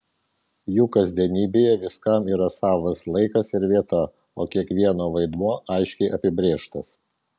jų kasdienybėje viskam yra savas laikas ir vieta o kiekvieno vaidmuo aiškiai apibrėžtas